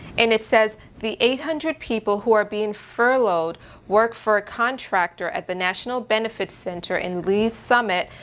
and it says the eight hundred people who are being furloughed work for a contractor at the national benefit center in lee's summit,